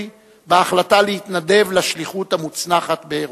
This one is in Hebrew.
בהחלטה להתנדב לשליחות המוצנחת באירופה.